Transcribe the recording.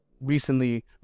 recently